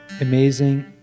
amazing